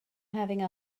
having